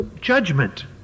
judgment